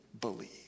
believe